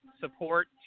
support